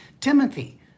Timothy